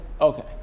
Okay